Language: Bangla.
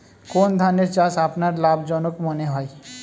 কোন ধানের চাষ আপনার লাভজনক মনে হয়?